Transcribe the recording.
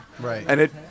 Right